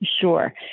Sure